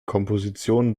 kompositionen